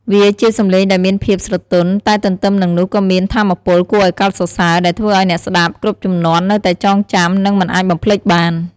វាជាសំឡេងដែលមានភាព ស្រទន់ តែទន្ទឹមនឹងនោះក៏មាន ថាមពល គួរឲ្យកោតសរសើរ ដែលធ្វើឲ្យអ្នកស្តាប់គ្រប់ជំនាន់នៅតែចងចាំ និងមិនអាចបំភ្លេចបាន។